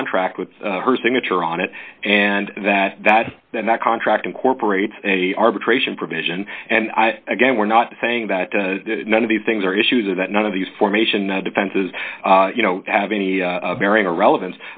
contract with her signature on it and that that that that contract incorporates an arbitration provision and i again we're not saying that none of these things are issue that none of these formation defenses you know have any bearing or relevan